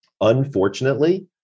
Unfortunately